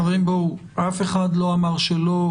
חברים, אף אחד לא אמר שלא.